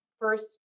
first